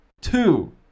two